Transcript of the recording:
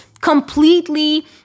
completely